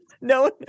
No